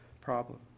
problem